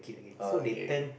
oh okay